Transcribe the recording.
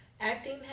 Acting